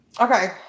Okay